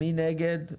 מי נגד?